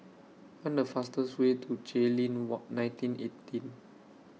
Find The fastest Way to Jayleen wall nineteen eighteen